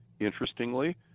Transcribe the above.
Interestingly